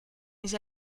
mais